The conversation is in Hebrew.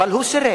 אבל הוא סירב.